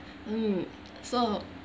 mm so